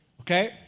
Okay